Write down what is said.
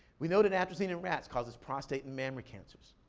we know that atrazine in rats causes prostate and mammary cancers.